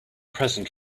present